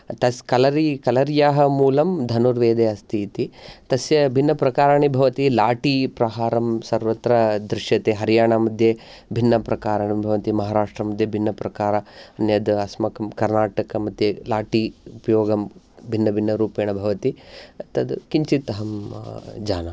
तत् कलरी कलर्याः मूलं धनुर्वेदे अस्ति इति तस्य भिन्नप्रकाराणि भवति लाटीप्रहारं सर्वत्र दृश्यते हरियाणा मध्ये भिन्नप्रकारणं भवन्ति महाराष्टमध्ये भिन्नप्रकारा अन्यद् अस्माकं कर्नाटकमध्ये लाटी प्रयोगं भिन्नभिन्नरूपेण भवति तद् किञ्चिद् अहं जाानामि